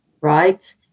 right